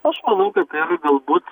aš manau kad tai yra galbūt